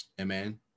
Amen